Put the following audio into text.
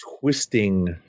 twisting